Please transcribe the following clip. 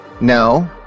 no